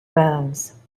bones